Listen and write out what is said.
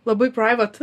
labai praivat